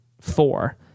Four